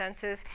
senses